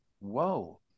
whoa